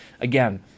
Again